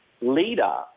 leader